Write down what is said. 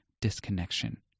disconnection